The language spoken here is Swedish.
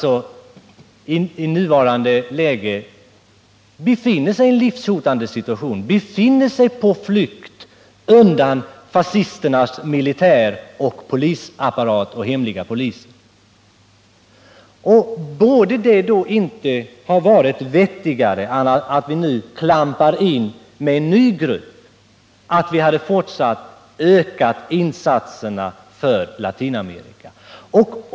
Det är människor som befinner sig i en livshotande situation, som befinner sig på flykt undan fascisternas militär, polis och hemliga polis. Hade det då inte varit vettigare att öka insatserna för Latinamerika än att nu klampa in med en ny grupp?